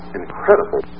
incredible